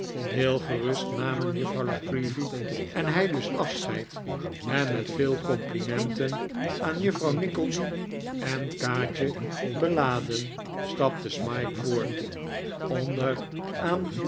heel gerust namen juffrouw la creevy en hij dus afscheid en met veel complimenten aan juffrouw nickleby en kaatje beladen stapte smike voort